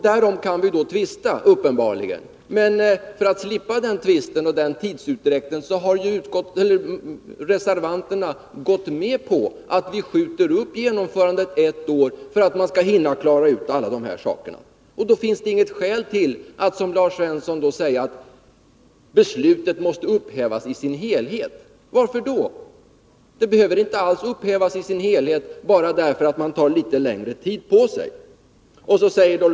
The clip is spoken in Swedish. Därom kan vi uppenbarligen tvista, men för att slippa tvisten om tidsutdräkten har reservanterna gått med på att genomförandet av reformen skjuts upp med ett år. Då hinner man klara ut de frågor det gäller. Det finns därför inga skäl till att, som Lars Svensson säger, beslutet måste upphävas i dess helhet. Varför skulle det vara så? Beslutet behöver inte alls upphävas i dess helhet bara därför att man tar litet längre tid på sig för att genomföra det.